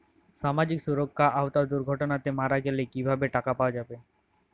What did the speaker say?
সামাজিক সুরক্ষার আওতায় দুর্ঘটনাতে মারা গেলে কিভাবে টাকা পাওয়া যাবে?